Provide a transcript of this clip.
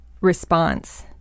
response